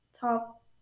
top